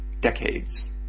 decades